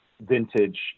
vintage